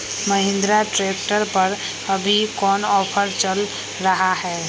Mahindra tractor पर अभी कोन ऑफर चल रहा है?